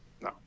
no